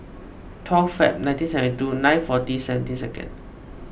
twelve Feb nineteen seventy two nine forty seventeen second